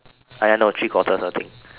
I know three quarter of the thing